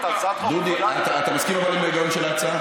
תשב עם שרת המשפטים.